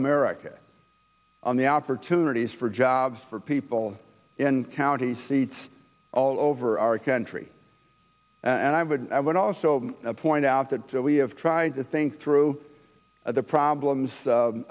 america on the opportunities for jobs for people in county seats all over our country and i would i would also point out that we have tried to think through the problems